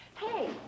Hey